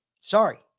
sorry